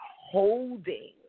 holding